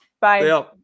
Bye